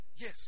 yes